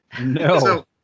no